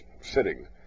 sitting